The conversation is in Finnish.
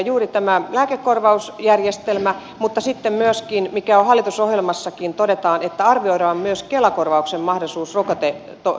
juuri tämä lääkekorvausjärjestelmä mutta sitten myöskin se mikä hallitusohjelmassakin todetaan että arvioidaan myös kela korvauksen mahdollisuus rokotetoiminnassa